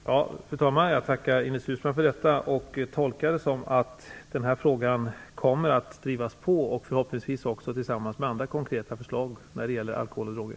Fru talman! Jag tackar Ines Uusmann för detta, och jag tolkar det hon säger som att den här frågan kommer att drivas på, förhoppningsvis tillsammans med andra konkreta förslag när det gäller alkohol och droger.